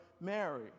Mary